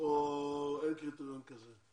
או שאין קריטריון כזה?